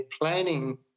planning